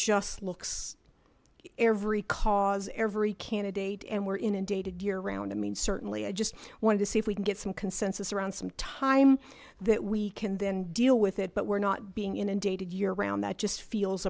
just looks every cause every candidate and we're inundated year round i mean certainly i just want to see if we can get some consensus around some time that we can then deal with it but we're not being inundated year round that just feels